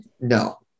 No